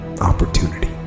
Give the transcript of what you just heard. opportunity